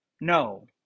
No